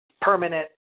permanent